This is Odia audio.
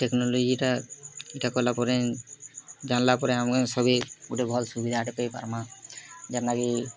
ଟେକ୍ନୋଲୋଜିଟା ଏଇଟା କଲା ପରେ ଜାଣିଲା ପରେ ଆମେ ସଭି ଗୋଟେ ଭଲ୍ ସୁବିଧାଟେ ପାଇ ପାରମା ଯେନତା କି